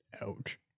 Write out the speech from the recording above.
Ouch